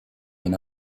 une